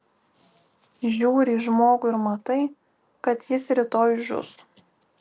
žiūri į žmogų ir matai kad jis rytoj žus